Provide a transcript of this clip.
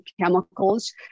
chemicals